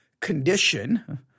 condition